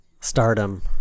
stardom